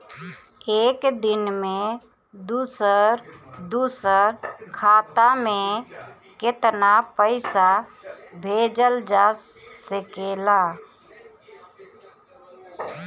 एक दिन में दूसर दूसर खाता में केतना पईसा भेजल जा सेकला?